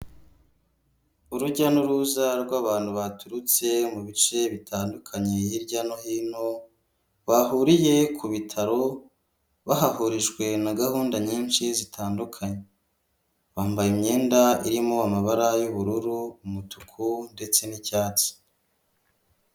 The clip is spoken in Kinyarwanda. Urujya n'uruza rw'abantu baturutse mu bice bitandukanye hirya no hino ,bahuriye ku bitaro bahahurijwe na gahunda nyinshi zitandukanye, bambaye imyenda irimo amabara y'ubururu ,umutuku ndetse n'icyatsi.